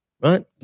right